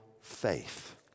faith